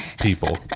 people